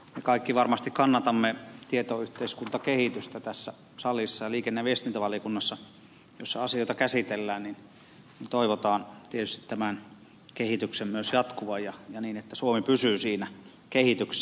kaikki varmasti kannatamme tietoyhteiskuntakehitystä tässä salissa ja liikenne ja viestintävaliokunnassa jossa asioita käsitellään toivotaan tietysti tämän kehityksen myös jatkuvan ja niin että suomi pysyy siinä kehityksessä mukana